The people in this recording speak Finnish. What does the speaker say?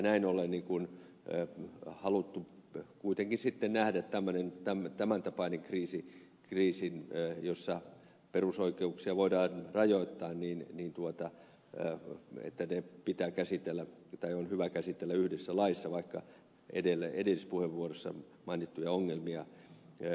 näin ollen on haluttu kuitenkin nähdä että tämäntapaiset kriisit joissa perusoikeuksia voidaan rajoittaa niin ei tuota enää mietteet pitää käsitellä tai on hyvä käsitellä yhdessä laissa vaikka edellisessä puheenvuorossa mainittuja ongelmia ei